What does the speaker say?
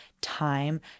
time